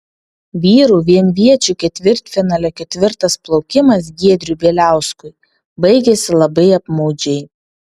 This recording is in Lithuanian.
vyrų vienviečių ketvirtfinalio ketvirtas plaukimas giedriui bieliauskui baigėsi labai apmaudžiai